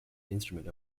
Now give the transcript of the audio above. instrument